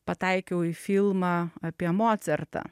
pataikiau į filmą apie mocertą